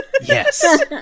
Yes